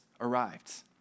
arrived